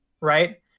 right